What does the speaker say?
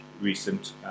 recent